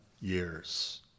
years